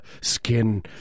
skin